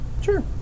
Sure